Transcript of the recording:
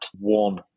one